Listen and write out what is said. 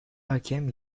hakem